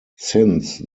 since